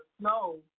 snow